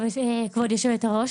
כבוד יושבת הראש,